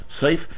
safe